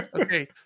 Okay